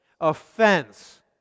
offense